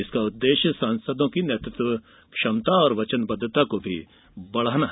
इसका उद्देश्य सांसदों की नेतृत्व क्षमता और वचन बद्वता को बढ़ाना है